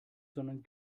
sondern